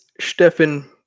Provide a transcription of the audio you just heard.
Stefan